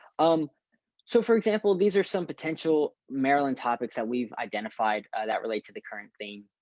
um so, for example, these are some potential maryland topics that we've identified that relate to the current thing.